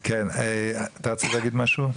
כן, אתה רצית להגיד משהו?